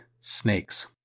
snakes